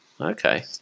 Okay